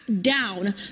down